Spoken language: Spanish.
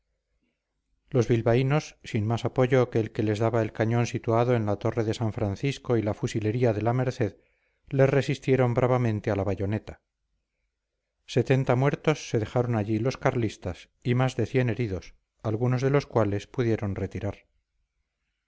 los bilbaínos sin más apoyo que el que les daba el cañón situado en la torre de san francisco y la fusilería de la merced les resistieron bravamente a la bayoneta setenta muertos se dejaron allí los carlistas y más de cien heridos algunos de los cuales pudieron retirar